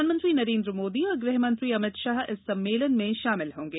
प्रधानमंत्री नरेंद्र मोदी और गृह मंत्री अमित शाह इस सम्मेलन में शामिल होंगे